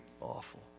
awful